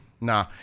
Nah